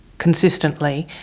consistently,